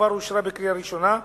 כבר אושרה בקריאה הראשונה,